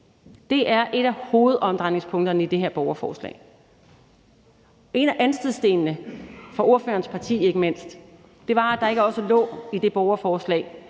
Det er et af hovedomdrejningspunkterne i det her borgerforslag. En af anstødsstenene for ikke mindst ordførerens parti, var, at der ikke også i det borgerforslag